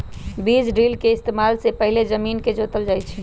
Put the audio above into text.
बीज ड्रिल के इस्तेमाल से पहिले जमीन के जोतल जाई छई